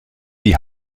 die